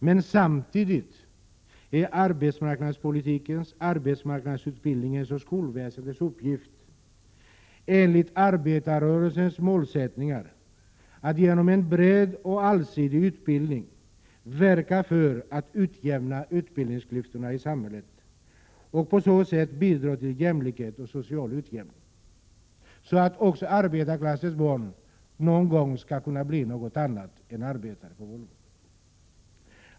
Men samtidigt är arbetsmarknadspolitikens, arbetsmarknadsutbildningens och skolväsendets uppgift, enligt arbetarrörelsens målsättningar, att genom en bred och allsidig utbildning verka för att utjämna utbildningsklyftorna i samhället och på så sätt bidra till jämlikhet och social utjämning, så att också arbetarklassens barn någon gång skall kunna bli något annat än arbetare på Volvo.